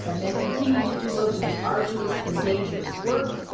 ah men continue to do most of the arduous and dangerous work,